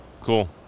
Cool